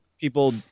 people